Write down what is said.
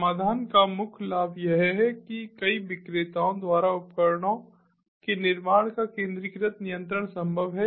समाधान का मुख्य लाभ यह है कि कई विक्रेताओं द्वारा उपकरणों के निर्माण का केंद्रीकृत नियंत्रण संभव है